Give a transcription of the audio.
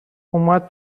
اومد